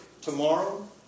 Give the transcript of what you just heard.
tomorrow